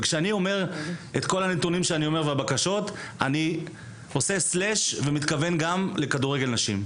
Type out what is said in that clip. כשאני אומר את כל הנתונים ואת הבקשות אני מתכוון גם לכדורגל נשים,